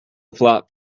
flop